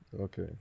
okay